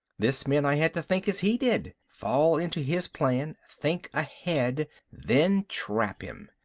this meant i had to think as he did, fall into his plan, think ahead then trap him.